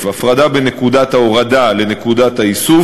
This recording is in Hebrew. הפרדה בין נקודת ההורדה לנקודת האיסוף